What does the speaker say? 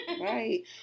right